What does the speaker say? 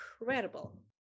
incredible